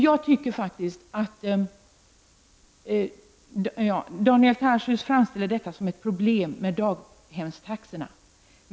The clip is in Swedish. Daniel Tarschys framställer detta med daghemstaxorna som ett problem.